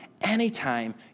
Anytime